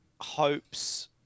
hopes